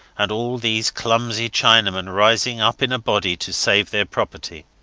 and all these clumsy chinamen rising up in a body to save their property.